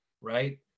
right